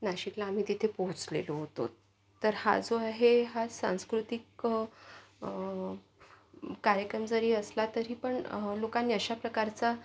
नाशिकला आम्ही तिथे पोहोचलेलो होतो तर हा जो आहे हा सांस्कृतिक कार्यक्रम जरी असला तरी पण लोकांनी अशा प्रकारचा